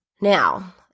Now